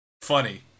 Funny